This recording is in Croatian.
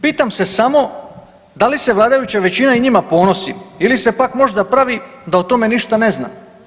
Pitam se samo da li se vladajuća većina i njima ponosi ili se pak možda pravi da o tome ništa ne zna.